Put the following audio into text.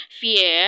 fear